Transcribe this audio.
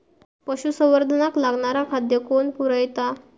पशुसंवर्धनाक लागणारा खादय कोण पुरयता?